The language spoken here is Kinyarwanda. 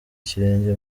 ikirenge